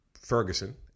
Ferguson